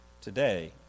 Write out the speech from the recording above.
today